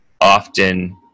often